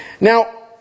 Now